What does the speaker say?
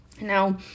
Now